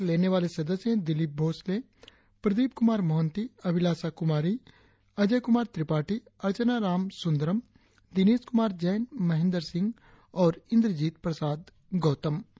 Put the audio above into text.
शपथ लेने वाले सदस्य हैं दिलीप भोंसले प्रदीप कुमार मोहंती अभिलाषा कुमारी अजय कुमार त्रिपाठी अर्चना रामसुंदरम दिनेश कुमार जैन महेन्दर सिंह और इंद्रजीत प्रसाद गौतम